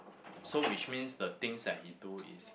so which means the things that he do is